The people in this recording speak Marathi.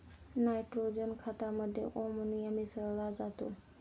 नायट्रोजन खतामध्ये अमोनिया मिसळा जातो